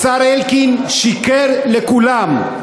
השר אלקין שיקר לכולם.